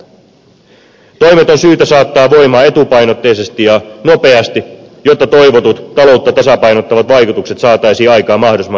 toimet on syytä saattaa voimaan etupainotteisesti ja nopeasti jotta toivotut taloutta tasapainottavat vaikutukset saataisiin aikaan mahdollisimman nopeasti